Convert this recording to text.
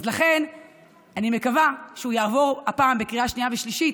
לכן אני מקווה שהוא יעבור הפעם בקריאה שנייה ושלישית,